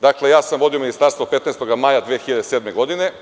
Dakle, ja sam vodio Ministarstvo 15. maja 2007. godine.